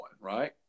Right